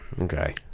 Okay